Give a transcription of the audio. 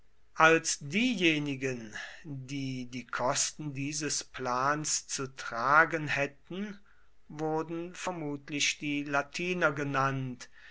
als diejenigen die die kosten dieses plans zu tragen hätten wurden vermutlich die latiner genannt